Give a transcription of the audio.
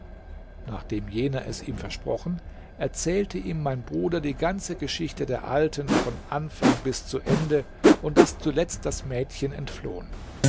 nachdem jener es ihm versprochen erzählte ihm mein bruder die ganze geschichte der alten von anfang bis zu ende und daß zuletzt das mädchen entflohen